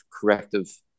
corrective